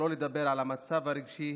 שלא לדבר על המצב הרגשי